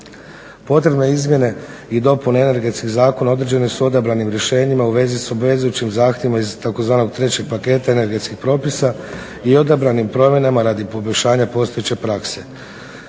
Potrebne izmjene i dopune energetskih zakona određene su odabranim rješenjima u vezi sa obvezujućim zahtjevima iz tzv. trećeg paketa energetskih propisa i odabranim promjenama radi poboljšanja postojeće prakse.